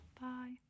Bye